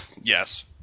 yes